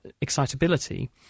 excitability